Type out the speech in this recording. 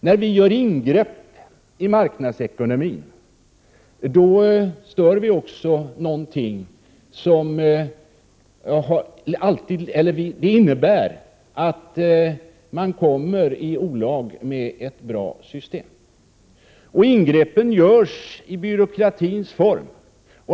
När vi gör ingrepp i marknadsekonomin, innebär det att vi kommer i olag med ett bra system. Ingreppen görs bl.a. i byråkratins form.